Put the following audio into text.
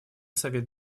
совет